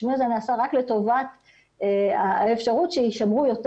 השינוי הזה נעשה רק לטובת האפשרות שיישמרו יותר